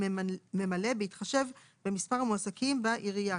בהתחשב במספר המועסקים בעירייה,